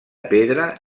pedra